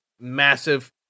massive